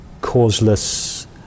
causeless